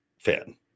fan